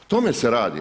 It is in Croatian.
O tome se radi.